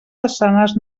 façanes